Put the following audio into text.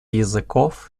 языков